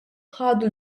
ħadu